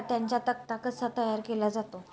खात्यांचा तक्ता कसा तयार केला जातो?